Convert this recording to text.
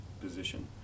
position